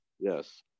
yes